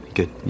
Good